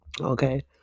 Okay